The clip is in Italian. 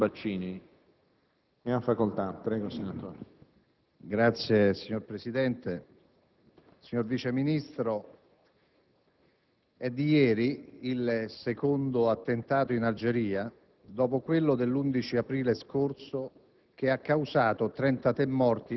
più probabile per l'elezione a Presidente della Repubblica. La preoccupazione è accresciuta dal fatto che l'attentato di Algeri è rivolto anche contro le Nazioni Unite sotto la cui bandiera stanno i nostri soldati in Libano.